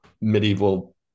medieval